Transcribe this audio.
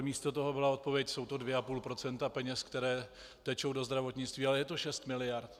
Místo toho byla odpověď jsou to 2,5 % peněz, které tečou do zdravotnictví, ale je to šest miliard.